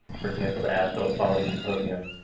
for example, the asco quality symposium,